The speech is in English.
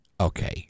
Okay